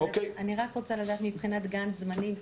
אני רק רוצה לדעת מבחינת גאנט זמנים.